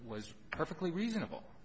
was perfectly reasonable